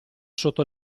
sotto